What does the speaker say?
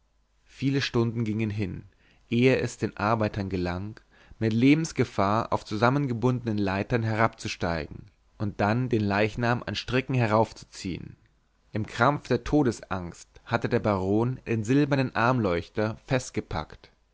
viele stunden gingen hin ehe es den arbeitern gelang mit lebensgefahr auf zusammengebundenen leitern herabzusteigen und dann den leichnam an stricken heraufzuziehen im krampf der todesangst hatte der baron den silbernen armleuchter festgepackt